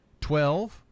Twelve